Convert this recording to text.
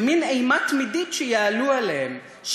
במין אימה תמידית שיעלו עליהם,